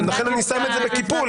לכן אני שם את זה בקיפול.